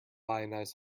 ionized